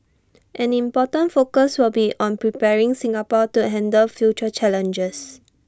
an important focus will be on preparing Singapore to handle future challenges